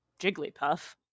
jigglypuff